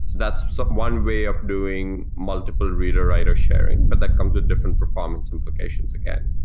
that's so one way of doing multiple reader-writer sharing, but that comes with different performance implications again.